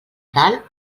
tal